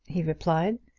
he replied.